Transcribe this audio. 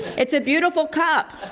it's a beautiful cup!